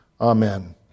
Amen